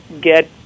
get